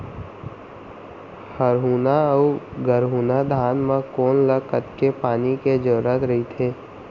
हरहुना अऊ गरहुना धान म कोन ला कतेक पानी के जरूरत रहिथे?